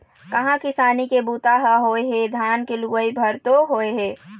कहाँ किसानी के बूता ह होए हे, धान के लुवई भर तो होय हे